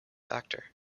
actor